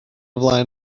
flaen